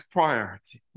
priority